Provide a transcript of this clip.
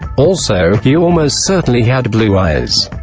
also, he almost certainly had blue eyes.